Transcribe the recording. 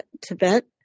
Tibet